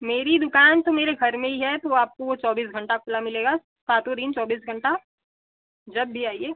मेरी दुकान तो मेरे घर में ही है तो आपको वो चौबीस घंटा खुला मिलेगा सातो दिन चौबीस घंटा जब भी आइए